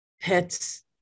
pets